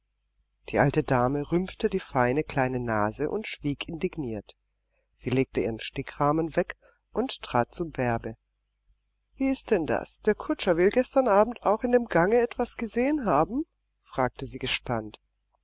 die alte dame rümpfte die feine kleine nase und schwieg indigniert sie legte ihren stickrahmen weg und trat zu bärbe wie ist denn das der kutscher will gestern abend auch in dem gange etwas gesehen haben fragte sie gespannt